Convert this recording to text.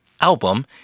album